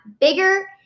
bigger